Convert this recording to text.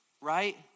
Right